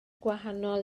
gwahanol